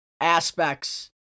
aspects